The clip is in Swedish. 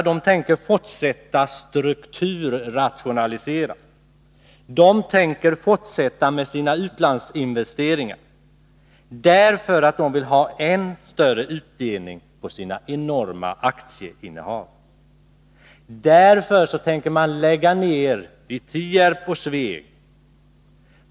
De tänker fortsätta att strukturrationalisera, och de tänker fortsätta med utlandsinvesteringarna, därför att de vill ha en än större utdelning på sina enorma aktieinnehav. Det är anledningen till att man tänker lägga ner verksamheten i Tierp och Sveg.